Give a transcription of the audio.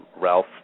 Ralph